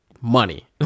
money